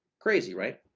crazy, right?